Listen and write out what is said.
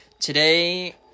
Today